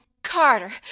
Carter